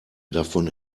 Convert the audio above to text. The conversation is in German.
davon